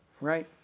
Right